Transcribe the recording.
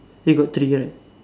here got three right